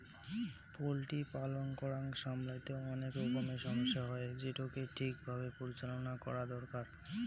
poultry পালন করাং সমইত অনেক রকমের সমস্যা হই, যেটোকে ঠিক ভাবে পরিচালনা করঙ দরকার